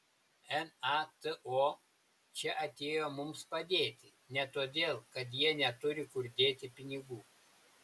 nato čia atėjo mums padėti ne todėl kad jie neturi kur dėti pinigų